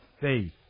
faith